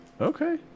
Okay